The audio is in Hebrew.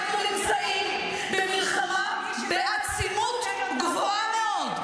אי-אפשר, אנחנו נמצאים במלחמה בעצימות גבוהה מאוד,